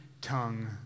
tongue